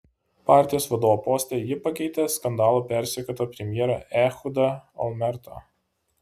partijos vadovo poste ji pakeitė skandalų persekiotą premjerą ehudą olmertą